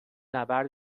نبرد